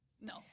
no